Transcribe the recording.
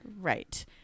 Right